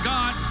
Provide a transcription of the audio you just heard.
God